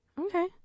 okay